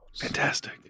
Fantastic